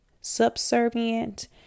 Subservient